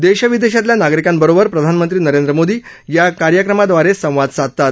देशविदेशातल्या नागरिकांबरोबर प्रधानमंत्री नरेंद्र मोदी या कार्यक्रमांदवारे संवाद साधतात